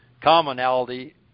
commonality